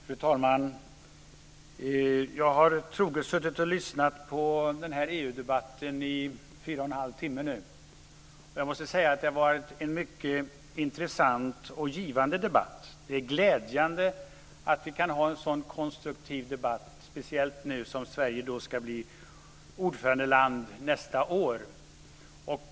Fru talman! Jag har troget suttit och lyssnat på den här EU-debatten i fyra och en halv timme. Jag måste säga att det har varit en mycket intressant och givande debatt. Det är glädjande att vi kan ha en sådan konstruktiv debatt, speciellt som Sverige ska bli ordförandeland nästa år.